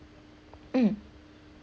mm